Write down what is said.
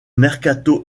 mercato